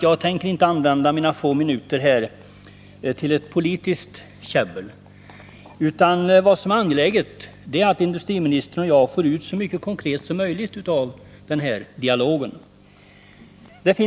Jag tänker inte använda mina få minuter här i talarstolen till något politiskt käbbel. Vad som är angeläget är att industriministern och jag får ut så mycket konkret som möjligt av den här dialogen.